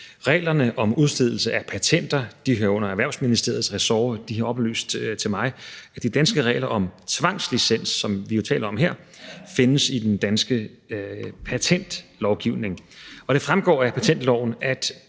Reglerne om udstedelse af patenter hører under Erhvervsministeriets ressort, og de har oplyst til mig, at de danske regler om tvangslicens, som vi jo taler om her, findes i den danske patentlovgivning. Det fremgår af patentloven, at